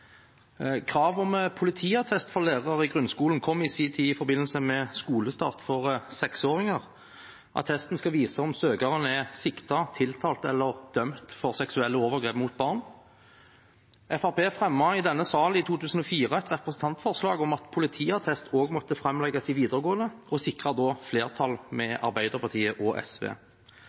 Krav om politiattest for lærere i grunnskolen kom i sin tid i forbindelse med skolestart for seksåringer. Attesten skal vise om søkeren er siktet, tiltalt eller dømt for seksuelle overgrep mot barn. Fremskrittspartiet fremmet i denne salen i 2004 et representantforslag om at politiattest også måtte framlegges i videregående, og sikret da flertall med Arbeiderpartiet og SV.